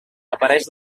apareix